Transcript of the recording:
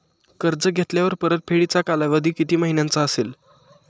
कर्ज घेतल्यावर परतफेडीचा कालावधी किती महिन्यांचा असेल?